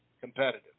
competitive